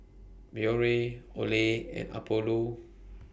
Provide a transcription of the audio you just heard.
Biore Olay and Apollo